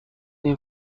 این